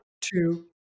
two